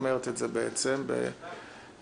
דעתי היא שצריכים להסדיר באמת בסיטואציה הזו של הקורונה,